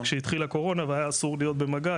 כשהתחילה הקורונה ואז היה אסור להיות במגע,